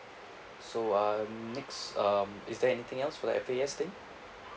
so um next um is there anything else for the F_A_S thing